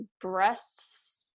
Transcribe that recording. breasts